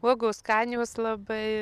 uogos skanios labai